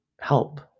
help